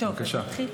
חבר הכנסת